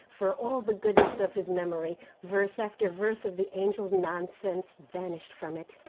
for all the goodness of his memory, verse after verse of the angels' nonsense vanished from it.